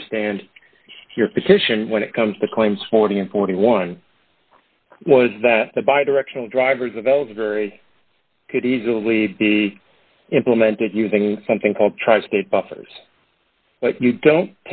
understand your position when it comes to claims forty and forty one was that the by directional drivers of elderberry could easily be implemented using something called tri state buffers but you don't